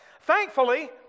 thankfully